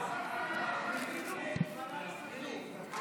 התשפ"ב 2021, לוועדה שתקבע ועדת הכנסת נתקבלה.